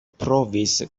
provis